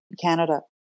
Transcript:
Canada